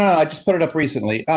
i just put it up recently.